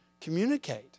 communicate